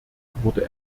wurde